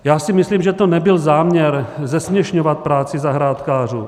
Já si myslím, že to nebyl záměr zesměšňovat práci zahrádkářů.